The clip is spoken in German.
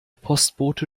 postbote